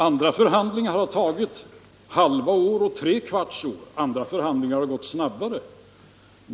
Andra förhandlingar har tagit halva år eller tre kvarts år, medan återigen andra har gått snabbare.